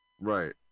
right